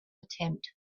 attempt